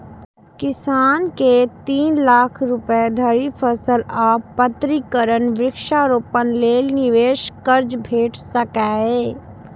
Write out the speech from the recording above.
किसान कें तीन लाख रुपया धरि फसल आ यंत्रीकरण, वृक्षारोपण लेल निवेश कर्ज भेट सकैए